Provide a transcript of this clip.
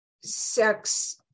sex